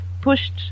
pushed